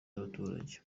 y’abaturage